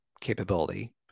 capability